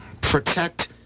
protect